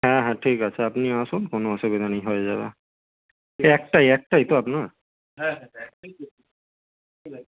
হ্যাঁ হ্যাঁ ঠিক আছে আপনি আসুন কোনো অসুবিধা নেই হয়ে যাবে একটাই একটাই তো আপনার